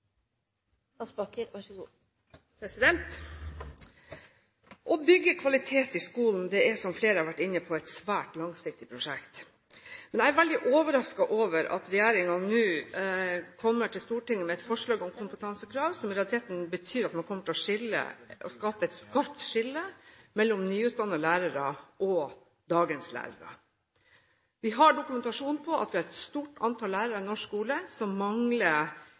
som flere har vært inne på, et svært langsiktig prosjekt. Men jeg er veldig overrasket over at regjeringen nå kommer til Stortinget med et forslag om kompetansekrav som i realiteten betyr at man kommer til å skape et skarpt skille mellom nyutdannede lærere og dagens lærere. Vi har dokumentasjon på at vi har et stort antall lærere i norsk skole som mangler